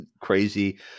crazy